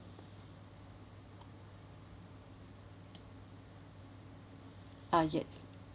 uh yes